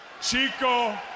chico